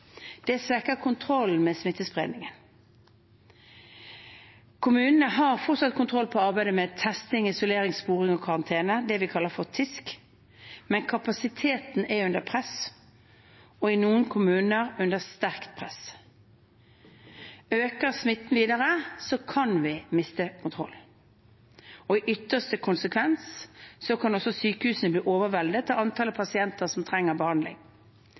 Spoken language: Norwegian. Det svekker kontrollen med smittespredningen. Kommunene har fortsatt kontroll på arbeidet med testing, isolering, sporing og karantene, det vi kaller for TISK, men kapasiteten er under press, og i noen kommuner under sterkt press. Øker smitten videre, kan vi miste kontrollen. I ytterste konsekvens kan sykehusene bli overveldet av antallet pasienter som trenger behandling.